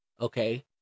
okay